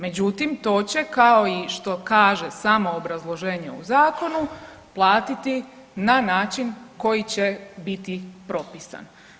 Međutim to će kao i što kaže samo obrazloženje u zakonu platiti na način koji će biti propisan.